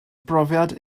brofiad